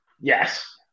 Yes